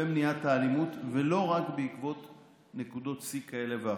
במניעת האלימות ולא רק בעקבות נקודות שיא כאלה ואחרות.